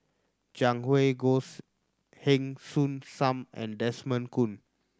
Jiang Hu Goh's Heng Soon Sam and Desmond Kon